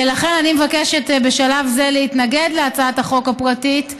לכן, בשלב זה אני מבקשת להתנגד להצעת החוק הפרטית,